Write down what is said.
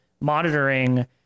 monitoring